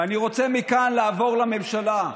ואני רוצה מכאן לעבור לממשלה,